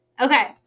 Okay